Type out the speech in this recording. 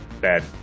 bad